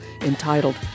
entitled